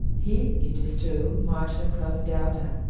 he, it is true, marched across the delta,